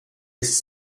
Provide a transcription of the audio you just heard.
his